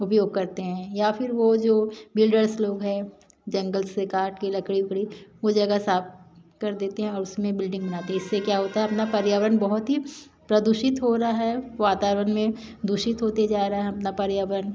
उपयोग करते हैं या फिर वो जो बिल्डर्स लोग हैं जंगल से काट के लकड़ी ओकड़ी वो जगह साफ़ कर देते हैं और उसमें बिल्डिंग बनाते इससे क्या होता है अपना पर्यावरण बहुत ही प्रदूषित हो रहा है वातावरण में दूषित होते जा रहा है अपना पर्यावरण